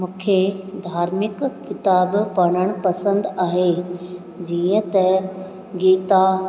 मूंखे धार्मिक किताब पढ़णु पसंदि आहे जीअं त गीता